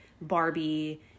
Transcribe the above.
Barbie